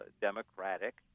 democratic